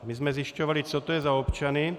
My jsme zjišťovali, co to je za občany.